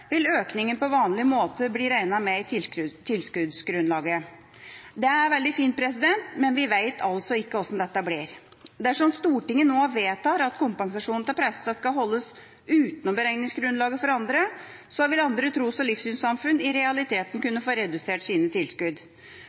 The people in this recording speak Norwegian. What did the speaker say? vil auken på vanleg måte verta rekna med i tilskottsgrunnlaget». Det er veldig fint, men vi vet altså ikke hvordan dette blir. Dersom Stortinget nå vedtar at kompensasjonen til prestene skal holdes utenom beregningsgrunnlaget for andre, vil andre tros- og livssynssamfunn i realiteten kunne få redusert sine tilskudd.